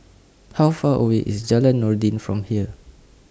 How Far away IS Jalan Noordin from here